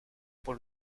pour